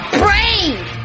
brave